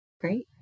Great